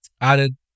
Added